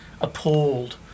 appalled